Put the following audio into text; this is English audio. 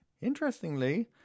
interestingly